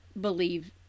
believe